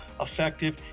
effective